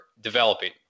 developing